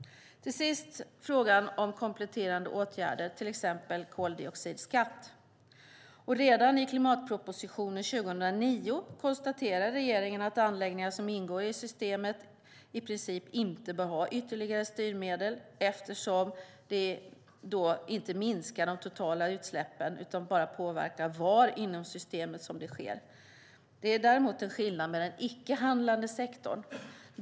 Till sist har vi frågan om kompletterande åtgärder till handelssystemet, till exempel en koldioxidskatt. Redan i klimatpropositionen 2009 konstaterar regeringen att anläggningar som ingår i systemet i princip inte bör ha ytterligare styrmedel eftersom det inte minskar de totala utsläppen utan bara påverkar var inom systemet de sker. Det är däremot en skillnad i den icke-handlande sektorn.